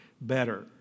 better